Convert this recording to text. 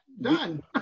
Done